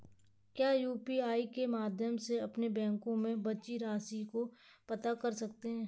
क्या यू.पी.आई के माध्यम से अपने बैंक में बची राशि को पता कर सकते हैं?